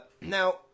Now